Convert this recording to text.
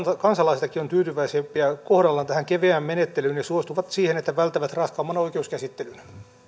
kansalaisistakin on tyytyväisempiä kohdallaan tähän keveään menettelyyn ja suostuvat siihen että välttävät raskaamman oikeuskäsittelyn